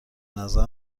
نظر